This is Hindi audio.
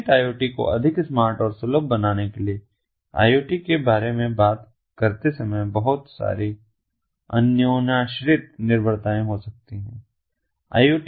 नियमित IoT को अधिक स्मार्ट और सुलभ बनाने के लिए IoT के बारे में बात करते समय बहुत सारी अन्योन्याश्रित निर्भरताएं होती हैं